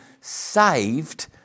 saved